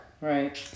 Right